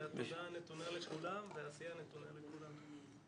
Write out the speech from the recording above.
והתודה נתונה לכולם והעשייה נתונה לכולם.